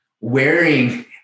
wearing